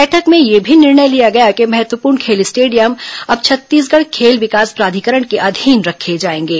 बैठक में यह भी निर्णय लिया गया कि महत्वपूर्ण खेल स्टेडियम अब छत्तीसगढ़ खेल विकास प्राधिकरण के अधीन रखे जाएंगे